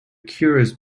cures